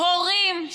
הורים,